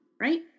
right